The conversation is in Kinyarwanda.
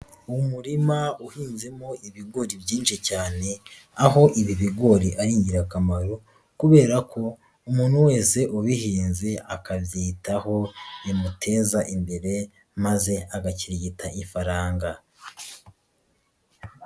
Umurima uhinzemo ibigori byinshi cyane, aho ibi bigori ari ingirakamaro kubera ko umuntu wese ubihinze akabyitaho, bimuteza imbere maze agakirigita ifaranga.